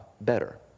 better